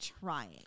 trying